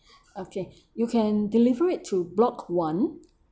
okay you can deliver it to block one